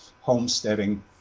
homesteading